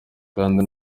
kandi